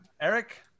Eric